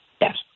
Yes